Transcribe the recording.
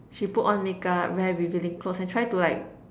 she put on make-up wear revealing clothes and try to like